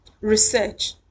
Research